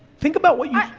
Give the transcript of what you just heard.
think about what you,